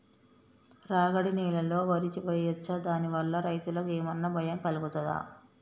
రాగడి నేలలో వరి వేయచ్చా దాని వల్ల రైతులకు ఏమన్నా భయం కలుగుతదా?